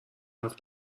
حرف